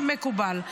מקובל.